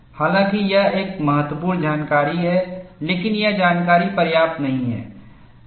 हालाँकि यह एक महत्वपूर्ण जानकारी है लेकिन यह जानकारी पर्याप्त नहीं है